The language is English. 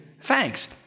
thanks